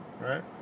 Right